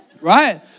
Right